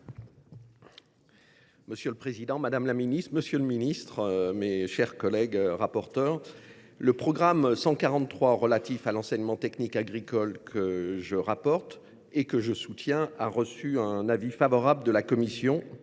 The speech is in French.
Monsieur le président, madame, monsieur les ministres, mes chers collègues, le programme 143 « Enseignement technique agricole », que je rapporte et que je soutiens, a reçu un avis favorable de la commission.